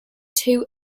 two